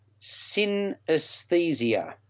Synesthesia